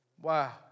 Wow